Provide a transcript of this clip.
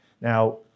Now